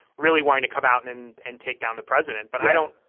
really wanted to come out and and and take down the president. but i don't.